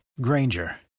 granger